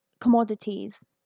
commodities